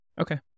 Okay